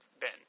Ben